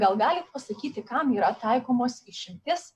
gal galit pasakyti kam yra taikomos išimtys